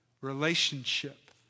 relationship